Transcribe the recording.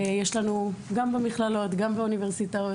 יש לנו מאות סטודנטים במכללות ובאוניברסיטאות.